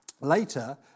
Later